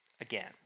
again